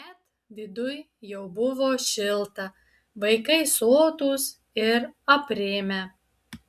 bet viduj jau buvo šilta vaikai sotūs ir aprimę